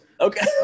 okay